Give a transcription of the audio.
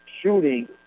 shooting